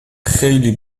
خیلی